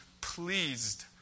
pleased